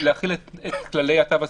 להחיל את כללי התו הסגול.